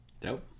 Dope